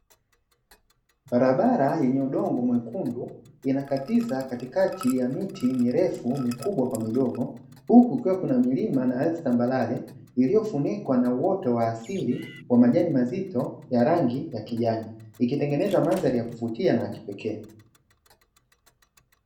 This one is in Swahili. Barabara yenye udongo mwekundu inakatiza katikati ya miti mirefu, mikubwa kwa midogo huku kukiwa na milima na ardhi tambarare iliyofunikwa na uoto wa asili wa majani mazito ya rangi ya kijani, ikitengeneza mandhari yakuvutia na ya kipekee.